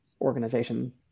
organization